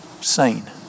seen